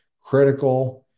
critical